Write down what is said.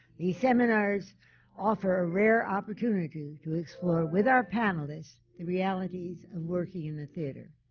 these seminars offer a rare opportunity to explore with our panelists the realities of working in the theatre.